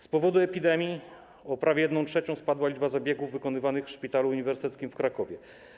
Z powodu epidemii o prawie 1/3 spadła liczba zabiegów wykonywanych w Szpitalu Uniwersyteckim w Krakowie.